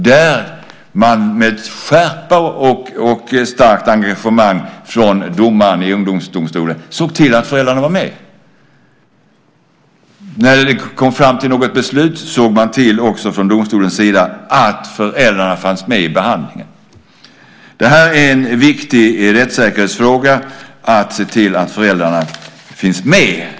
Där såg man med skärpa och med starkt engagemang från domaren i ungdomsdomstolen till att föräldrarna var med. När det kom fram till beslut såg man också från domstolens sida till att föräldrarna fanns med i behandlingen. Att se till att föräldrarna finns med är en viktig rättssäkerhetsfråga.